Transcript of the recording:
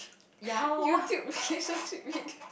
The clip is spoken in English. YouTube relationship video